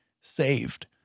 saved